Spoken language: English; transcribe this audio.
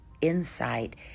insight